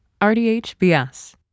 RDHBS